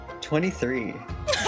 23